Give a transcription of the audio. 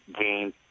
gain